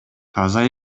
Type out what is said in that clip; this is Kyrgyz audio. таза